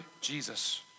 Jesus